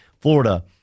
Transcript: Florida